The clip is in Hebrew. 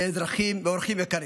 אזרחים ואורחים יקרים,